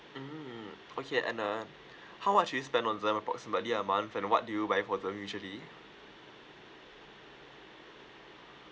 mm okay and uh how much do you spend on like approximately a month and what do you buy for um usually